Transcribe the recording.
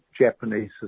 Japanese